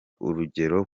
urugero